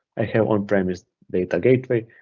i have on-premise data gateway,